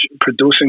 producing